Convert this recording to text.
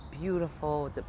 beautiful